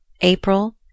April